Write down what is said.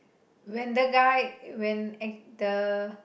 when the guy when ac~ the